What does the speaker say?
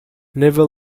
never